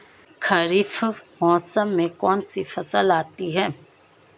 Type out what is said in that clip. खरीफ मौसम में कौनसी फसल आती हैं?